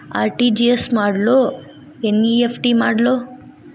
RTGS ಮಾಡ್ಲೊ NEFT ಮಾಡ್ಲೊ?